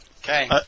Okay